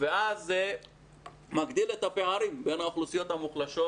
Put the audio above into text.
ואז זה מגדיל את הפערים בין האוכלוסיות המוחלשות